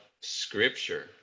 scripture